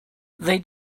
they